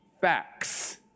facts